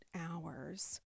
hours